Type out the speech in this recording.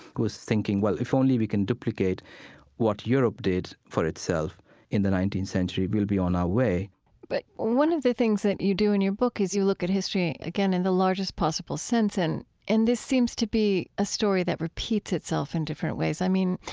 who were thinking, well, if only we can duplicate what europe did for itself in the nineteenth century, we'll be on our way but one of the things that you do in your book is you look at history, again, in the largest possible sense. and this seems to be a story that repeats itself in different ways. i mean,